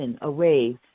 away